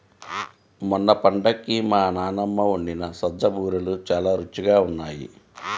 మొన్న పండక్కి మా నాన్నమ్మ వండిన సజ్జ బూరెలు చాలా రుచిగా ఉన్నాయి